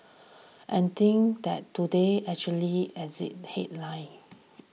and think that today actually edited its headline